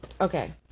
okay